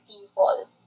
people